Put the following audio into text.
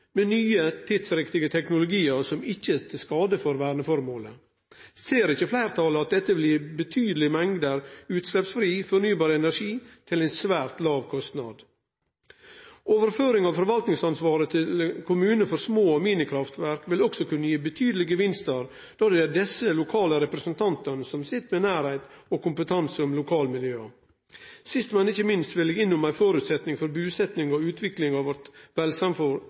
med nye tidsriktige teknologiar som ikkje er til skade for verneformålet. Ser ikkje fleirtalet at dette vil gi betydelege mengder utsleppsfri, fornybar energi til ein svært låg kostnad? Overføring av forvaltningsansvaret til kommunar for mini- og småkraftverk vil også kunne gi betydelege gevinstar, då det er desse lokale representantane som har nærleik til og sit med kompetanse om lokalmiljøa. Sist, men ikkje minst vil eg innom ein føresetnad for busetjing og utvikling av vårt